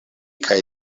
kaj